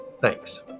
Thanks